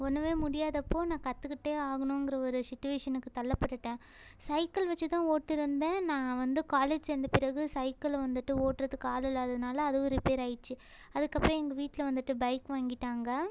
ஒன்றுமே முடியாதப்போது நான் கற்றுக்கிட்டே ஆகணுங்கிற ஒரு சுட்சிவேஷனுக்கு தள்ளப்பட்டுவிட்டேன் சைக்கிள் வச்சு தான் ஓட்டிடிருந்தேன் நான் வந்து காலேஜ் சேர்ந்த பிறகு சைக்கிளை வந்துட்டு ஓட்டுறதுக்கு ஆள் இல்லாததுனால் அதுவும் ரிப்பேர் ஆகிடுச்சி அதுக்கப்புறம் எங்கள் வீட்டில் வந்துட்டு பைக் வாங்கிவிட்டாங்க